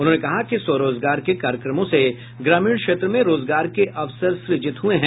उन्होंने कहा कि स्वरोजगार के कार्यक्रमों से ग्रामीण क्षेत्र में रोजगार के अवसर सृजित हुए हैं